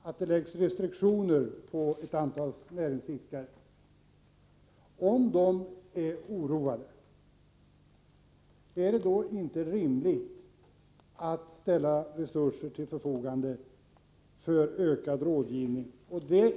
Om det läggs restriktioner på ett antal näringsidkare som blir oroade av detta, är det då inte rimligt att ställa resurser till förfogande för ökad rådgivning?